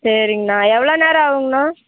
சரிங்கண்ணா எவ்வளோ நேரம் ஆகுங்க அண்ணா